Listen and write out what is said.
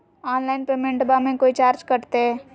Online पेमेंटबां मे कोइ चार्ज कटते?